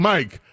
Mike